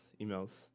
emails